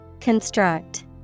Construct